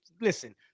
Listen